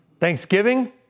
Thanksgiving